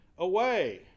away